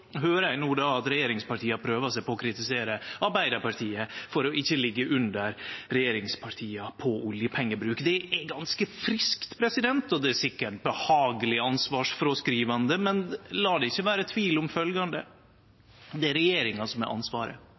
eg høyrer at regjeringspartia prøver seg på å kritisere Arbeidarpartiet for ikkje å liggje under regjeringspartia på oljepengebruk. Det er ganske friskt, og det er sikkert behageleg ansvarsfråskrivande, men la det ikkje vere tvil om følgjande: Det er regjeringa som har ansvaret.